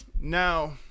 now